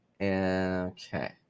Okay